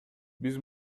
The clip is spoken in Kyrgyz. биз